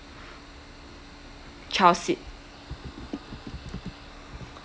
child seat